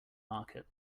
market